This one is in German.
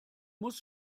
muss